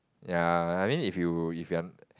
ya I mean if you if you want